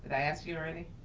i ask you already?